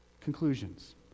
conclusions